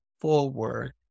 forward